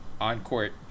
on-court